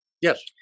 Yes